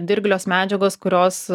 dirglios medžiagos kurios